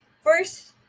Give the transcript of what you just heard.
First